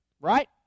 Right